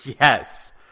Yes